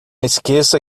esqueça